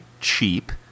cheap